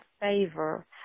favor